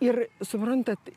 ir suprantat